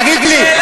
תגיד לי,